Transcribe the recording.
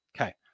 Okay